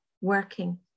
working